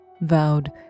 vowed